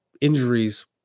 injuries